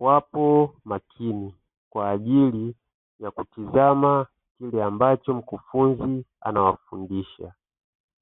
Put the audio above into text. wapo makini kwa ajili ya kutizama kile ambacho mkufunzi anawafundisha.